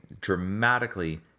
dramatically